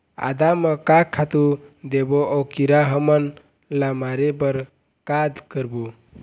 आदा म का खातू देबो अऊ कीरा हमन ला मारे बर का करबो?